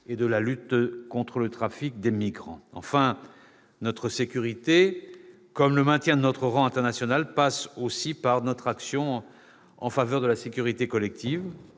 et de la lutte contre le trafic de migrants. Enfin, notre sécurité comme le maintien de notre rang international passent aussi par notre action en faveur de la sécurité collective.